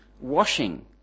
washing